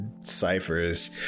ciphers